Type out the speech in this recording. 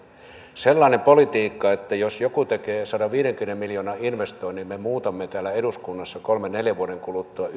sellainen politiikka että jos joku tekee sadanviidenkymmenen miljoonan investoinnin niin me muutamme täällä eduskunnassa kolmen viiva neljän vuoden kuluttua